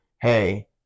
Hey